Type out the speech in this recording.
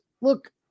look